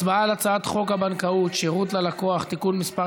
הצבעה על הצעת חוק הבנקאות (שירות ללקוח) (תיקון מס'